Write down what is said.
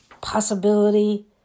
possibility